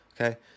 okay